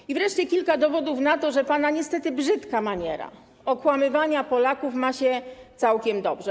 I wreszcie kilka dowodów na to, że pana niestety brzydka maniera okłamywania Polaków ma się całkiem dobrze.